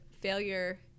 failure